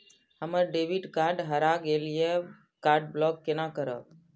हमर debit card हरा गेल ये कार्ड ब्लॉक केना करब?